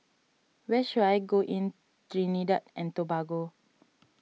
where should I go in Trinidad and Tobago